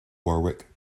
warwick